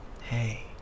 Hey